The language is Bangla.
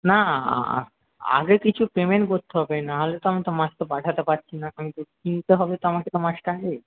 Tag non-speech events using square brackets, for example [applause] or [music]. না আগে কিছু পেমেন্ট করতে হবে নাহলে তো আমি তো মাছ তো পাঠাতে পারছি না আমি [unintelligible] কিনতে হবে তো আমাকে তো মাছটা আগে